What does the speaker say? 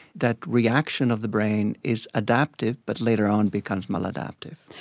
that reaction of the brain is adaptive but later on becomes maladaptive.